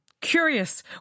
Curious